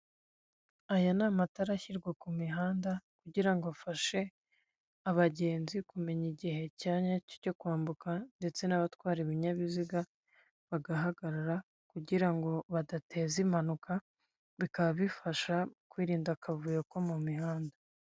Aya ni amatara ashyirwa ku mihanda kugira ngo afashe abagenzi kumenya igihe cyo kwambuka ndetse n'abatwara ibinyabiziga bagahagarara kugira badateza impanuka, bikaba bifasha kwirinda akavuyo ko mu mihanda.